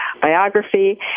biography